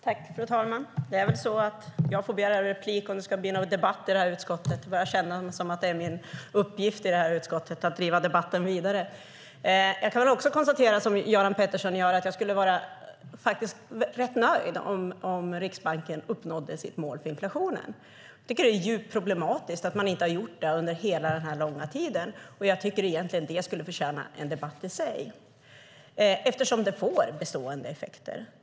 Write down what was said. Fru talman! Det är väl så att jag får begära replik om det ska bli någon debatt i det här utskottet. Jag börjar känna det som min uppgift i utskottet att driva debatten vidare. Jag skulle liksom Göran Pettersson vara rätt nöjd om Riksbanken uppnådde sitt mål för inflationen. Det är djupt problematiskt att man inte har gjort det under hela den långa tiden, och jag tycker egentligen att det skulle förtjäna en debatt i sig, eftersom det får bestående effekter.